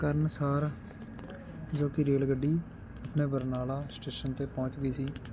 ਕਰਨ ਸਾਰ ਜੋ ਕਿ ਰੇਲ ਗੱਡੀ ਬਰਨਾਲਾ ਸਟੇਸ਼ਨ 'ਤੇ ਪਹੁੰਚ ਗਈ ਸੀ